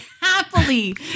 happily